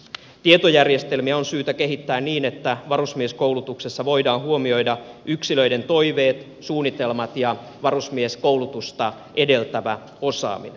tietojärjestelmiä on syytä kehittää niin että varusmieskoulutuksessa voidaan huomioida yksilöiden toiveet suunnitelmat ja varusmieskoulutusta edeltävä osaaminen